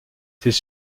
ces